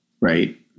right